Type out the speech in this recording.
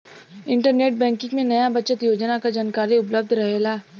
internet banking में नया बचत योजना क जानकारी उपलब्ध रहेला